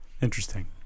Interesting